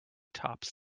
tops